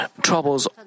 troubles